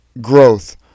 growth